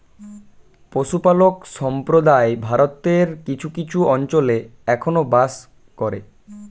পশুপালক সম্প্রদায় ভারতের কিছু কিছু অঞ্চলে এখনো বাস করে